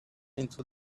into